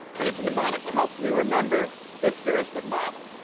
and it's a mnemonic that helps me remember this heuristic model,